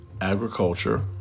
agriculture